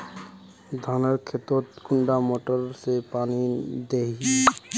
धानेर खेतोत कुंडा मोटर दे पानी दोही?